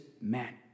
man